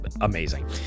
amazing